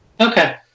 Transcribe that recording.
Okay